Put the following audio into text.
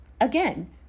Again